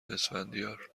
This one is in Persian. اسفندیار